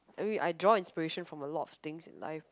I mean I draw inspiration from a lot of things in life but then